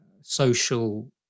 social